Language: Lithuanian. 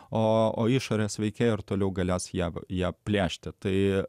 o išorės veikėjai ir toliau galios jav ją plėšti tai